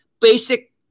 basic